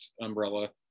umbrella